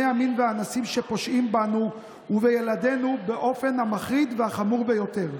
המין והאנסים שפושעים בנו ובילדינו באופן המחריד והחמור ביותר.